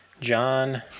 John